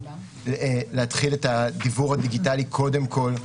להתחיל את הדיוור הדיגיטלי קודם כל,